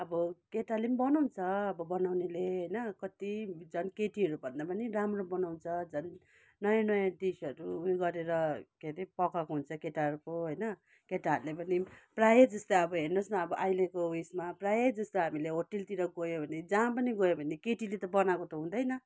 अब केटाले बनाउँछ अब बनाउनेले होइन कति झन् केटीहरू भन्दा पनि राम्रो बनाउँछ झन् नयाँ नयाँ डिसहरू उयो गरेर के हरे पकाएको हुन्छ केटाहरूको होइन केटाहरूले पनि प्रायः जस्तै अब हेर्नु होस् न अब अहिलेको उयसमा प्रायः जस्तो हामीले होटेलतिर गयो भने जहाँ पनि गयो भने केटीले त बनाएको त हुँदैन